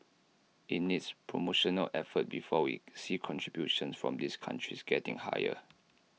IT needs promotional effort before we see contributions from these countries getting higher